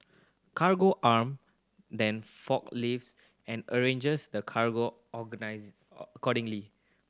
Cargo Arm then forklifts and arranges the cargo accordingly